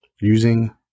using